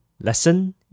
Lesson